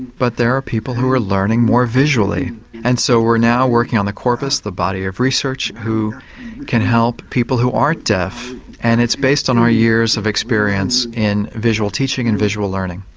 but there are people who are learning more visually and so we're now working on the corpus, the body of research, who can help people who aren't deaf and it's based on our years of experience in visual teaching and visual learning.